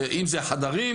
אם זה החדרים,